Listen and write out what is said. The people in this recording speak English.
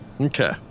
Okay